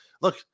look